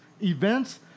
Events